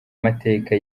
amateka